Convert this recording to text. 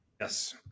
Yes